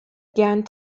gern